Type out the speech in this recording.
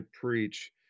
preach